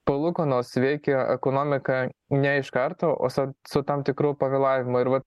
palūkanos veikia ekonomiką ne iš karto o su tam tikru pavėlavimu ir vat